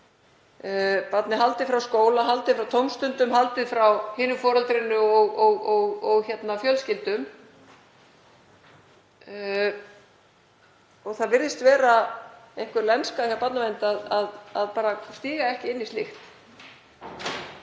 Barni er haldið frá skóla, haldið frá tómstundum, haldið frá hinu foreldrinu og fjölskyldum og það virðist vera einhver lenska hjá barnavernd að stíga ekki inn í slíkt.